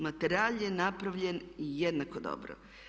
Materijal je napravljen jednako dobro.